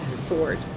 sword